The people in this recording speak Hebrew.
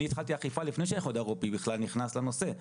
אני התחלתי אכיפה לפני שהאיחוד האירופאי בכלל נכנס לנושא.